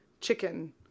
chicken